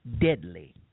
deadly